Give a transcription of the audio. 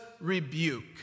rebuke